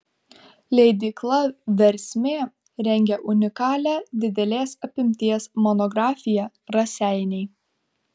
leidykla versmė rengia unikalią didelės apimties monografiją raseiniai